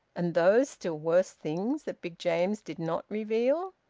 and those still worse things that big james did not reveal?